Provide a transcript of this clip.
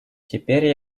теперь